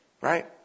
right